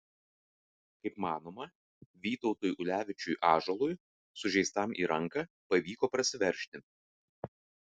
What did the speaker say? kaip manoma vytautui ulevičiui ąžuolui sužeistam į ranką pavyko prasiveržti